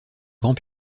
grand